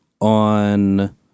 on